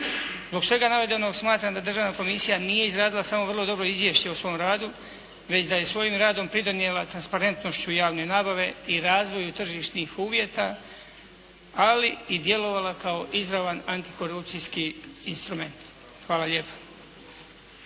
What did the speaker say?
Zbog svega navedenog smatram da Državna komisija nije izradila samo vrlo dobro izvješće o svom radu, već da je svojim radom pridonijela transparentnošću javne nabave i razvoju tržišnih uvjeta, ali i djelovala kao izravan antikorupcijski instrument. Hvala lijepa.